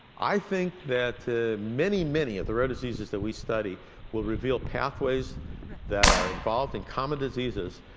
i think that many, many of the rare diseases that we study will reveal pathways that are involved in common diseases,